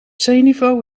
zeeniveau